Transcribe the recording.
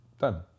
done